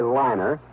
liner